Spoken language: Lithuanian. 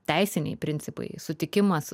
teisiniai principai sutikimas